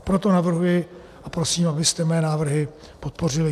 Proto navrhuji a prosím, abyste mé návrhy podpořili.